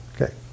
Okay